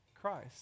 Christ